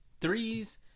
threes